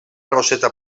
roseta